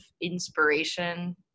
inspiration